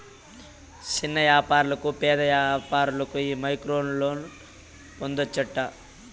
సిన్న యాపారులకు, పేద వ్యాపారులకు ఈ మైక్రోలోన్లు పొందచ్చట